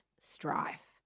strife